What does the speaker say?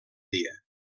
dia